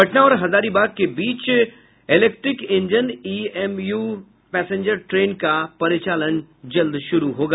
पटना और हजारीबाग के बीच electric engine MEMU passenger train का परिचालन जल्द शुरू होगा